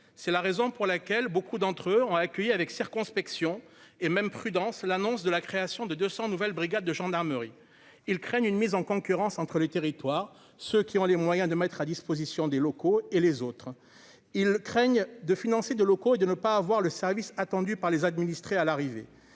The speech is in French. c'est la raison pour laquelle beaucoup d'entre eux ont accueilli avec circonspection et même prudence l'annonce de la création de 200 nouvelles brigades de gendarmerie, ils craignent une mise en concurrence entre les territoires, ceux qui ont les moyens de mettre à disposition des locaux et les autres, ils craignent de financer de locaux et de ne pas avoir le service attendu par les administrés à l'arrivée,